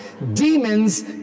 Demons